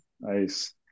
Nice